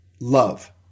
love